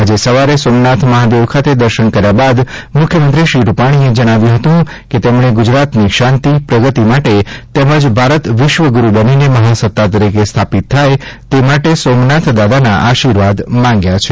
આજે સવારે સોમનાથ મહાદેવ ખાતે દર્શન કર્યા બાદ મુખ્યમંત્રી શ્રી રૂપાલીએ જણાવ્યું હતું કે તેમલ્રો ગુજરાતની શાંતિ પ્રગતિ માટે તેમજ ભારત વિશ્વ ગુરૂ બનીને મહાસત્તા તરીકે સ્થાપિત થાય તે માટે સોમનાથ દાદાના આશીર્વાદ માંગ્યા છે